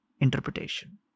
interpretation